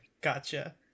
gotcha